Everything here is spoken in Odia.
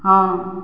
ହଁ